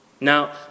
Now